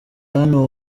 hano